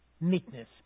meekness